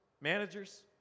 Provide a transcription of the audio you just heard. managers